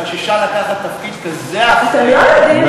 חששה לקחת תפקיד כזה אחראי?